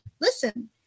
listen